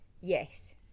Yes